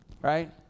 right